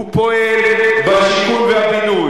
הוא פועל בשיכון והבינוי,